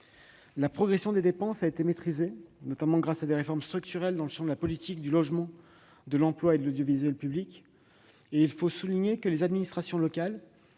La progression des dépenses a été maîtrisée, notamment grâce à des réformes structurelles dans le champ de la politique du logement, de l'emploi et de l'audiovisuel public. Les administrations locales,